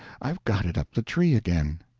i've got it up the tree again.